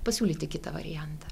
pasiūlyti kitą variantą